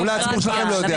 אולי הציבור שלכם לא יודע.